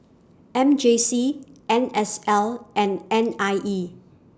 M J C N S L and N I E